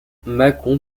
mâcon